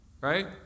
right